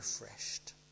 refreshed